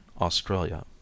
Australia